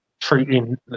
treating